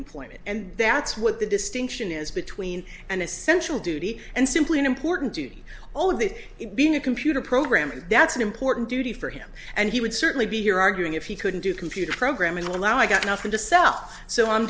employment and that's what the distinction is between an essential duty and simply an important duty all that being a computer programmer that's an important duty for him and he would certainly be here arguing if he couldn't do computer programming or allow i got nothing to sell so i'm